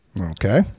Okay